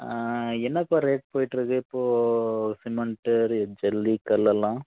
ஆ என்னப்பா ரேட் போயிட்டுருக்கு இப்போ சிமெண்ட்டு ஜல்லி கல்லெல்லாம்